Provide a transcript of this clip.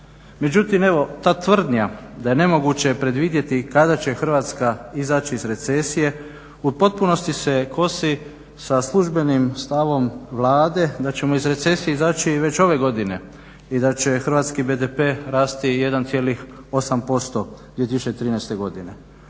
Međutim, evo ta tvrdnja da je nemoguće predvidjeti kada će Hrvatska izaći iz recesije u potpunosti se kosi sa službenim stavom Vlade da ćemo iz recesije izaći već ove godine i da će Hrvatski BDP rasti 1,8% 2013. godine.